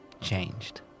changed